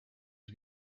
els